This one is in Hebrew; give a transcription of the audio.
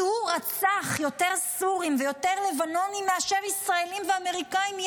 כי הוא רצח יותר סורים ויותר לבנונים מאשר ישראלים ואמריקאים יחד.